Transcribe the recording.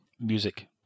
music